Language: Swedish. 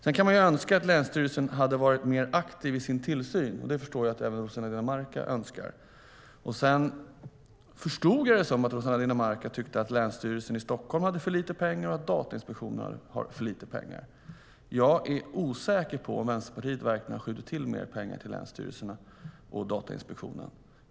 Sedan kan vi ju önska att länsstyrelsen hade varit mer aktiv i sin tillsyn, och det förstår jag att även Rossana Dinamarca önskar. Sedan förstod jag det som att Rossana Dinamarca tyckte att Länsstyrelsen i Stockholm har för lite pengar och att Datainspektionen har för lite pengar. Jag är osäker på om Vänsterpartiet verkligen har skjutit till mer pengar till länsstyrelserna och Datainspektionen.